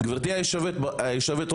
גבירתי יושב הראש,